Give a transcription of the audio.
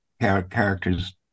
characters